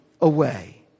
away